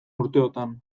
urteotan